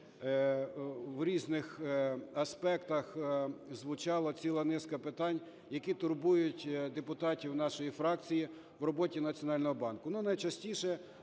в різних аспектах звучала ціла низка питань, які турбують депутатів нашої фракції в роботі Національного банку.